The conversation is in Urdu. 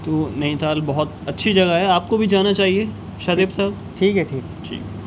تو نینی تال بہت اچھی جگہ ہے آپ کو بھی جانا چاہیے شاہ زیب سر ٹھیک ہے ٹھیک ہے پھر ٹھیک